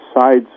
side's